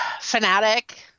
fanatic